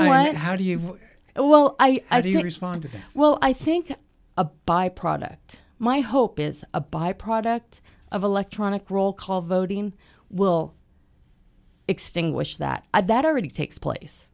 what how do you well i do you respond to them well i think a byproduct my hope is a byproduct of electronic roll call voting will extinguished that that already takes place